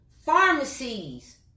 pharmacies